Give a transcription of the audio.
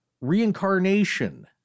reincarnation